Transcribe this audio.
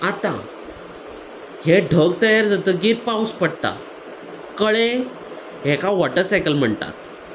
आतां हे ढग तयार जातकीर पावस पडटा कळें हाका वॉटरसायकल म्हणटात